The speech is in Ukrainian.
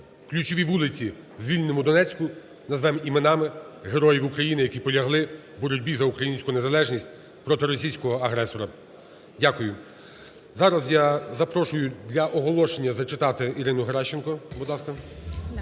ключові вулиці звільнимо в Донецьку, назвемо іменами героїв України, які полягли у боротьбі за українську незалежність проти російського агресора. Дякую. Зараз я запрошую для оголошення зачитати Ірину Геращенко. Будь ласка.